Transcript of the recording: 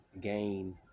gain